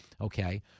Okay